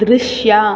ದೃಶ್ಯ